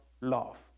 love